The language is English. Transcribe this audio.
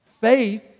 Faith